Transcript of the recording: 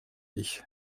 ich